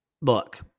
look –